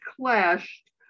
clashed